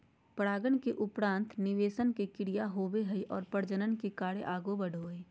परागन के उपरान्त निषेचन के क्रिया होवो हइ और प्रजनन के कार्य आगे बढ़ो हइ